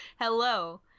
Hello